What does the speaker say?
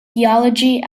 theology